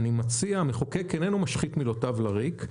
המחוקק איננו משחית מילותיו לריק,